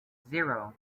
zero